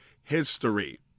history